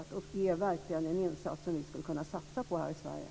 Det är verkligen en insats som vi skulle kunna satsa på här i Sverige.